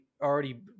already